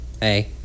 Hey